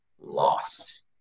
lost